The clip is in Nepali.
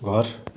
घर